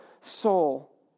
soul